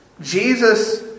Jesus